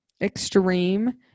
Extreme